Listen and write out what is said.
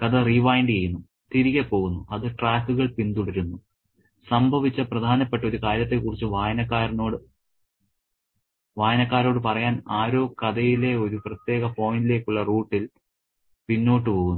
കഥ റിവൈൻഡ് ചെയ്യുന്നു തിരികെ പോകുന്നു അത് ട്രാക്കുകൾ പിന്തുടരുന്നു സംഭവിച്ച പ്രധാനപ്പെട്ട ഒരു കാര്യത്തെക്കുറിച്ച് വായനക്കാരോട് പറയാൻ ആരോ കഥയിലെ ഒരു പ്രത്യേക പോയിന്റിലേക്കുള്ള റൂട്ടിൽ പിന്നോട്ട് പോകുന്നു